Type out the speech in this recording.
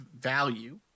value